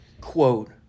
quote